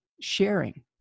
sharing